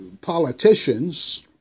politicians